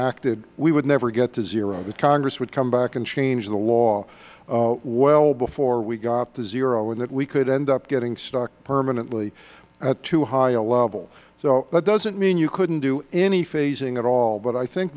acted we would never get to zero the congress would come back and change the law well before we got to zero and that we could end up getting stuck permanently at too high a level that doesn't mean you couldn't do any phasing at all but i think